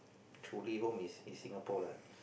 truly home is is Singapore lah